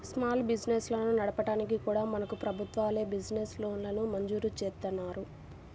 small బిజినెస్లను నడపడానికి కూడా మనకు ప్రభుత్వాలే బిజినెస్ లోన్లను మంజూరు జేత్తన్నాయి